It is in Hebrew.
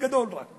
בכלא גדול, רק